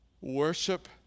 Worship